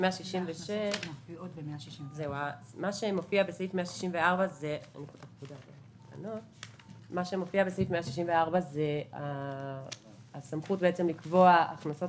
בסעיף 164 מופיעה הסמכות לקבוע הכנסות